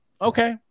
Okay